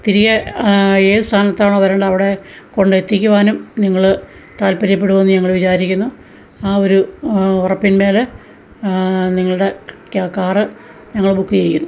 തിരികെ ഏതു സ്ഥാനത്താണോ വരണ്ടത് അവിടെ കൊണ്ട് എത്തിക്കുവാനും നിങ്ങൾ താല്പര്യപ്പെടുമോ എന്ന് ഞങ്ങൾ വിചാരിക്കുന്നു ആ ഒരു ഉറപ്പിൻമേൽ നിങ്ങളുടെ കാറ് ഞങ്ങൾ ബുക്ക് ചെയ്യുന്നു